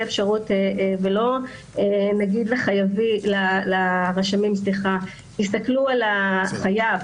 אפשרות ולא נגיד לרשמים תסתכלו על החייב,